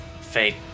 fake